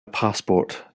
passport